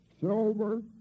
silver